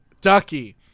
ducky